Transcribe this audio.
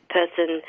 person